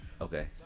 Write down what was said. Okay